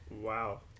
Wow